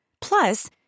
Plus